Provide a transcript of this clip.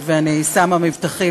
ואני שמה מבטחי